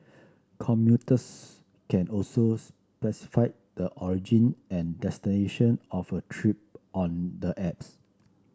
commuters can also specify the origin and destination of a trip on the apps